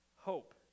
Hope